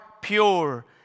pure